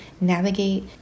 navigate